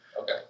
Okay